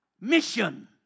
Mission